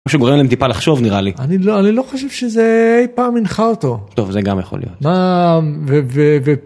משהו גורם להם טיפה לחשוב נראה לי אני לא אני לא חושב שזה אי פעם הנחה אותו טוב זה גם יכול להיות.